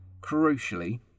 Crucially